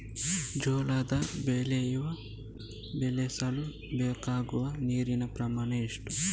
ಜೋಳದ ಬೆಳೆ ಬೆಳೆಸಲು ಬೇಕಾಗುವ ನೀರಿನ ಪ್ರಮಾಣ ಎಷ್ಟು?